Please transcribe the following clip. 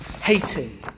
Hating